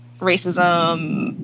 racism